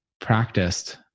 practiced